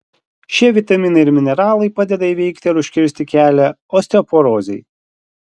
šie vitaminai ir mineralai padeda įveikti ar užkirsti kelią osteoporozei